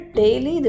daily